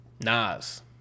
Nas